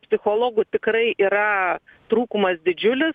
psichologų tikrai yra trūkumas didžiulis